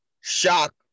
shock